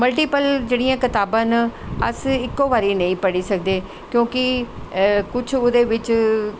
multiple जेह्ड़ियां कताबां न अस इक्को बारी नेंई पढ़ी सकदे क्योंकि कुश ओह्दे बिच्च